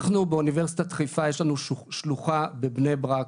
אנחנו באוניברסיטת חיפה, יש לנו שלוחה בבני ברק,